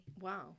Wow